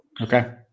Okay